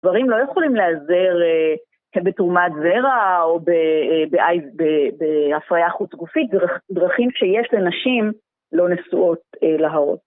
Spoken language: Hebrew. גברים לא יכולים להעזר בתרומת זרע או בהפרעה חוץ גופית, דרכים שיש לנשים לא נשואות להרות.